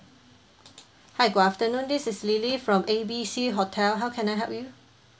hi good afternoon this is lily from A B C hotel how can I help you